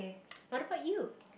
what about you